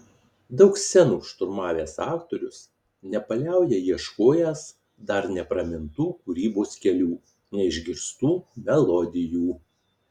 daug scenų šturmavęs aktorius nepaliauja ieškojęs dar nepramintų kūrybos kelių neišgirstų melodijų